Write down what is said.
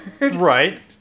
Right